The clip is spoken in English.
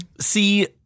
See